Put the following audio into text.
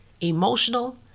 emotional